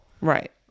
right